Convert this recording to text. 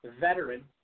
veteran